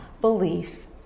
belief